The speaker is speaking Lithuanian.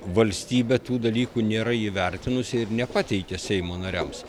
valstybė tų dalykų nėra įvertinusi ir nepateikė seimo nariams